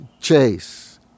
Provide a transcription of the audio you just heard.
Chase